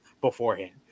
beforehand